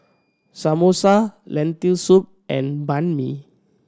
Samosa Lentil Soup and Banh Mi